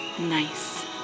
nice